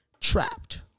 trapped